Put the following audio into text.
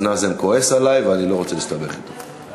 נאזם כועס עלי ואני לא רוצה להסתבך אתו.